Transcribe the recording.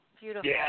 Beautiful